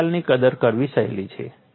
આ ખ્યાલની કદર કરવી સહેલી છે